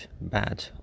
bad